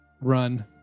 run